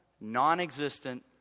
non-existent